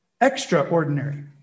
extraordinary